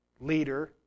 leader